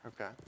Okay